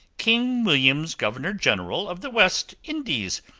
king william's governor-general of the west indies,